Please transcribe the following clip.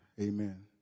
Amen